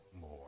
more